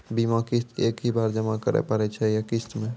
बीमा किस्त एक ही बार जमा करें पड़ै छै या किस्त मे?